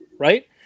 Right